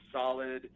solid